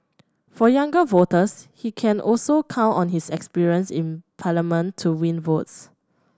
for younger voters he can also count on his experience in Parliament to win votes